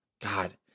God